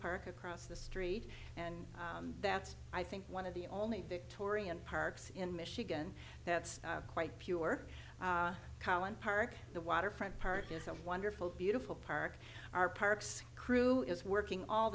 park across the street and that's i think one of the only victoria parks in michigan that's quite pure cowan park the waterfront park is a wonderful beautiful park our parks crew is working all